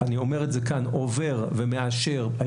אני אומר את זה כאן עובר ומאשר כל נוהל כזה.